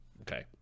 Okay